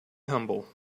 humble